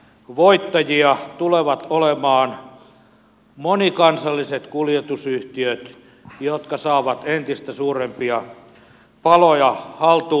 voittajia tulevat olemaan monikansalliset kuljetusyhtiöt jotka saavat entistä suurempia paloja haltuunsa